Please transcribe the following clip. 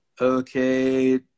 Okay